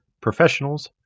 professionals